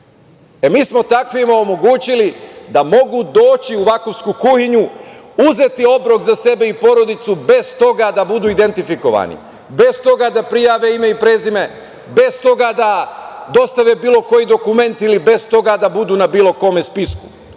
Mi smo takvima omogućili da mogu da mogu doći u „Vakufsku kuhinju“, uzeti obrok za sebe i porodicu bez toga da budu identifikovani, bez toga da prijave ime i prezime, bez toga da dostave bilo koji dokument ili bez toga da budu na bilo kom spisku.